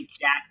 jack